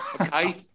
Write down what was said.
Okay